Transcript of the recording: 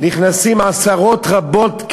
נכנסים עשרות רבות,